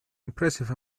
impressive